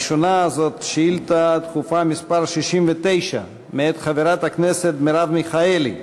הראשונה זאת שאילתה דחופה מס' 69 מאת חברת הכנסת מרב מיכאלי,